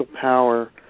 power